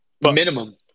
Minimum